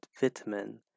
vitamin